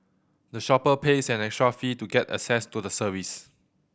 the shopper pays an extra fee to get access to the service